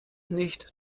nicht